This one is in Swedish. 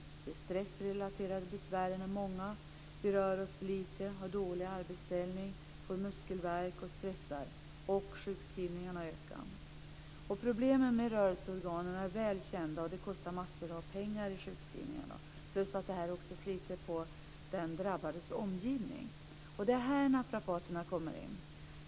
De stressrelaterade besvären är många. Vi rör oss för lite, har dålig arbetsställning, får muskelvärk och stressar. Och sjukskrivningarna ökar. Problemen med rörelseorganen är väl kända och det kostar massor av pengar i sjukskrivningar. Dessutom sliter det på den drabbades omgivning. Det är här naprapaterna kommer in.